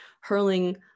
hurling